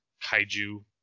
kaiju